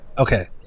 Okay